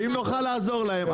ואם נוכל לעזור להם,